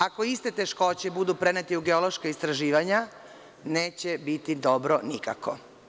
Ako iste teškoće budu prenete i u geološka istraživanja, neće biti dobro nikako.